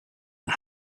and